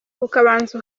ukabanza